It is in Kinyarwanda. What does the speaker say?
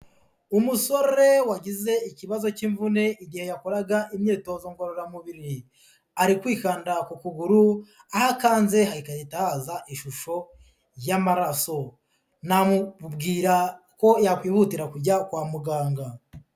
Umusore wagize ikibazo cy'imvune igihe yakoraga imyitozo ngororamubiri, ari kwikanda ku kuguru aho akanze hagahita haza ishusho y'amaraso, namubwira ko yakwihutira kujya kwa muganga.